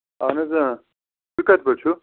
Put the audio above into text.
اَہن حظ آ تۄہہِ کتہِ پٮ۪ٹھ چھو